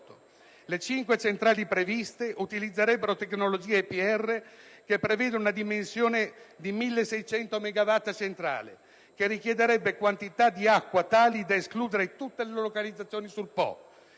Le cinque centrali previste utilizzerebbero la tecnologia EPR, che prevede una dimensione grande, di 1600 MW per centrale, che richiederebbe quantità d'acqua tali da escludere tutte le localizzazioni sul Po.